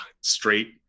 straight